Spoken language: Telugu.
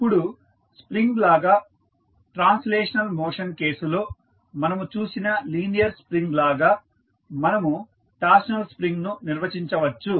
ఇప్పుడు స్ప్రింగ్ లాగా ట్రాన్స్లేషనల్ మోషన్ కేసులో మనము చూసిన లీనియర్ స్ప్రింగ్ లాగా మనము టార్షనల్ స్ప్రింగ్ ను నిర్వచించవచ్చు